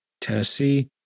Tennessee